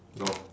no